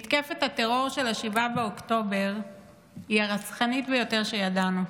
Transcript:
מתקפת הטרור של 7 באוקטובר היא הרצחנית ביותר שידענו.